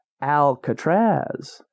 Alcatraz